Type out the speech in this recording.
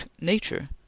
Nature